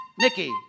Nikki